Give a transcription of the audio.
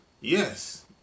yes